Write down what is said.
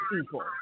people